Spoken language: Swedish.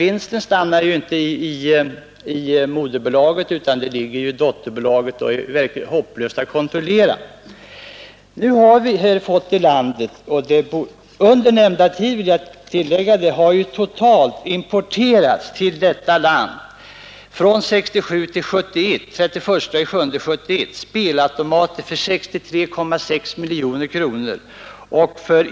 Vinsten stannar ju inte i moderbolaget utan ligger i dotterbolaget, och det är verkligt hopplöst att kontrollera den. Jag vill tillägga att under den senaste tiden till detta land, från 1967 t.o.m. 31 juli 1971, har importerats spelautomater för 63,6 miljoner kronor.